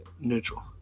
Neutral